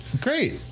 Great